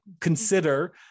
consider